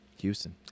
Houston